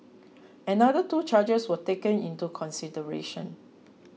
another two charges were taken into consideration